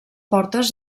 portes